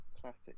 Classic